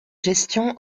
gestion